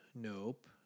nope